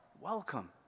welcome